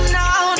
now